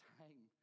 time